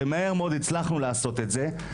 ומהר מאוד הצלחנו לעשות את זה.